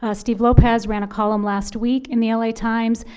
ah steve lopez ran a column last week in the la times,